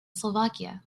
slovakia